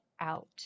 out